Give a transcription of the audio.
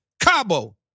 Cabo